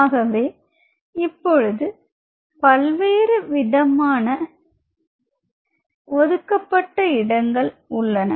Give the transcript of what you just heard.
ஆகவே இப்பொழுது பல்வேறு விதமான ஒதுக்கப்பட்ட இடங்கள் உள்ளன